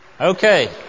Okay